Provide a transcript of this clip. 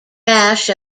rash